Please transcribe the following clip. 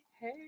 Hey